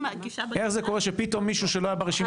איך זה קורה שפתאום מישהו שהיה ברשימה,